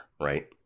right